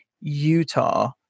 utah